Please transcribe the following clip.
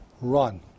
run